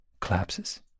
collapses